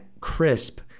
crisp